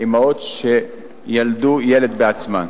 אמהות שילדו ילד בעצמן.